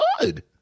good